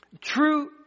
true